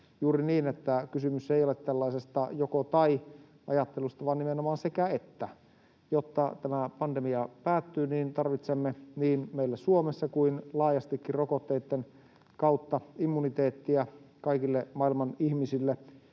juuri niin, että kysymys ei ole tällaisesta joko—tai-ajattelusta, vaan nimenomaan sekä—että. Jotta tämä pandemia päättyy, tarvitsemme niin meillä Suomessa kuin laajastikin rokotteitten kautta immuniteettia kaikille maailman ihmisille,